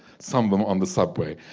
some of them on the subway,